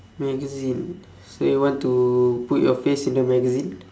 magazine so you want to put your face in the magazine